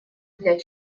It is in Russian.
для